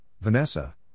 Vanessa